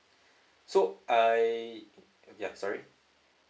so I ya sorry